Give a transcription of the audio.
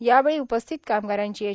यावेळी उपस्थित कामगारांची एच